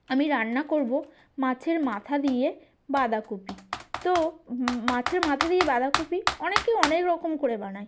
আমি রান্না করবো মাছের মাথা দিয়ে বাঁধাকপি তো মাছের মাথা দিয়ে বাঁধাকপি অনেকে অনেক রকম করে বানায়